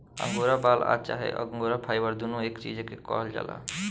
angora बाल आ चाहे अंगोरा फाइबर दुनो एके चीज के कहल जाला